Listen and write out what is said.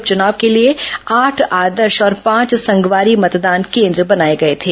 उप चुनाव के लिए आठ आदर्श और पांच संगवारी मतदान केन्द्र बनाए गए थे